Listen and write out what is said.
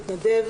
מתנגד,